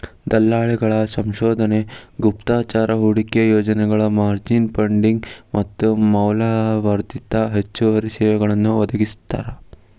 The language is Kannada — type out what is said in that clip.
ದಲ್ಲಾಳಿಗಳ ಸಂಶೋಧನೆ ಗುಪ್ತಚರ ಹೂಡಿಕೆ ಯೋಜನೆಗಳ ಮಾರ್ಜಿನ್ ಫಂಡಿಂಗ್ ಮತ್ತ ಮೌಲ್ಯವರ್ಧಿತ ಹೆಚ್ಚುವರಿ ಸೇವೆಗಳನ್ನೂ ಒದಗಿಸ್ತಾರ